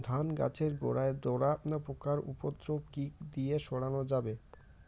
ধান গাছের গোড়ায় ডোরা পোকার উপদ্রব কি দিয়ে সারানো যাবে?